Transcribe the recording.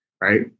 Right